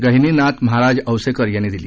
गहिनीनाथ महाराज औसेकर यांनी दिली